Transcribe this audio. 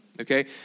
okay